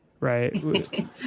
right